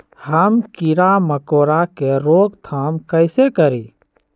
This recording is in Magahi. हम किरा मकोरा के रोक थाम कईसे करी?